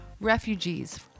Refugees